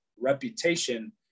reputation